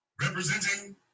representing